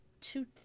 two